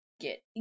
get